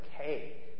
okay